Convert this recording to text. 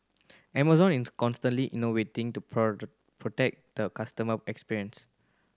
Amazon is constantly innovating to protect the customer experience